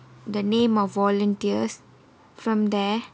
the name of volunteers from there